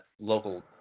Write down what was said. local